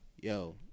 yo